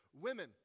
Women